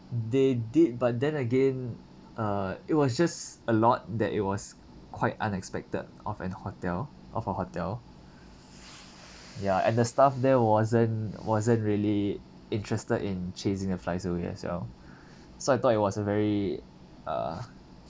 they did but then again uh it was just a lot that it was quite unexpected of an hotel of a hotel ya and the staff there wasn't wasn't really interested in chasing the flies away as well so I thought it was a very uh